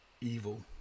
evil